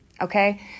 okay